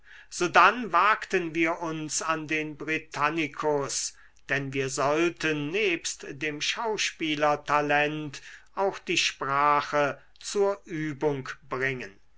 sodann wagten wir uns an den britannicus denn wir sollten nebst dem schauspielertalent auch die sprache zur übung bringen